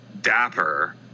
dapper